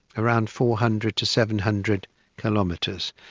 around four hundred to seven hundred kilometres.